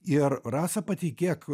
ir rasa patikėk